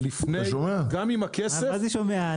מה זה שומע?